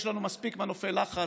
יש לנו מספיק מנופי לחץ,